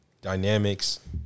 dynamics